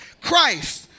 Christ